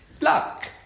Luck